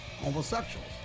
homosexuals